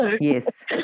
Yes